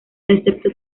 excepto